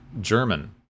German